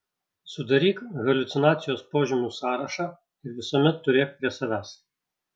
sudaryk haliucinacijos požymių sąrašą ir visuomet turėk prie savęs